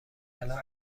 الان